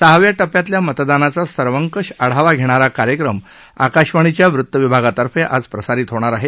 सहाव्या टप्प्यातल्या मतदानाचा सर्वकष आढावा घेणारा कार्यक्रम आकाशवाणीच्या वृत्तविभागातर्फे आज प्रसारित होणार आहे